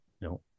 No